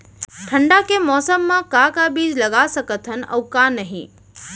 ठंडा के मौसम मा का का बीज लगा सकत हन अऊ का नही?